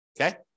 Okay